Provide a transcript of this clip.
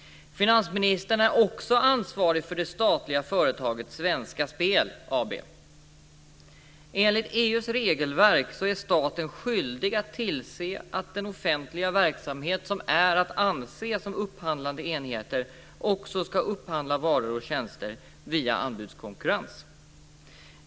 Finansministern är också ansvarig för det statliga företaget AB Svenska Spel. Enligt EU:s regelverk är staten skyldig att tillse att den offentliga verksamhet som är att anse som upphandlande enheter också ska upphandla varor och tjänster via anbudskonkurrens.